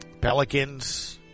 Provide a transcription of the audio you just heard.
Pelicans